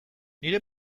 nire